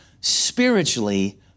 spiritually